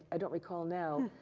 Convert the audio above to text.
i don't recall now.